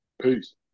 Peace